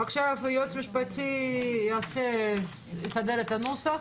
עכשיו היועץ המשפטי יסדר את הנוסח.